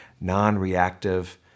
non-reactive